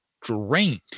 drained